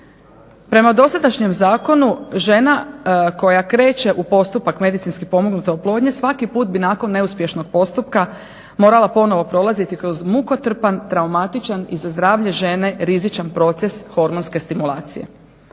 Prema dosadašnjem zakonu žena koja kreće u postupak medicinske pomognute oplodnje svaki put bi nakon neuspješnog postupka morala ponovno prolaziti kroz mukotrpan, traumatičan i zdravlje žene rizičan proces hormonske stimulacije.